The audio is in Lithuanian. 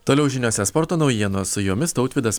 toliau žiniose sporto naujienos su jomis tautvydas